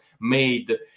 made